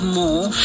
more